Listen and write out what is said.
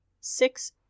Six